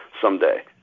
someday